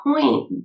point